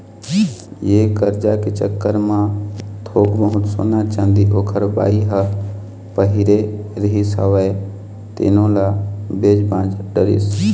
ये करजा के चक्कर म थोर बहुत सोना, चाँदी ओखर बाई ह पहिरे रिहिस हवय तेनो ल बेच भांज डरिस